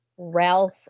Ralph